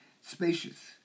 spacious